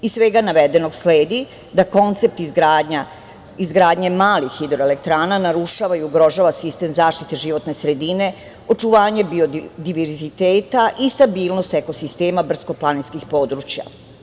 Iz svega navedenog sledi da koncept izgradnje malih hidroelektrana narušava i ugrožava sistem zaštite životne sredine, očuvanje biodiverziteta i stabilnost ekosistema brdsko-planinskih područja.